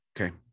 Okay